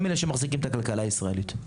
הם אלה שמחזיקים את הכלכלה הישראלית.